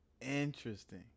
interesting